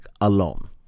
alone